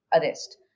arrest